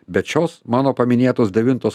bet šios mano paminėtos devintos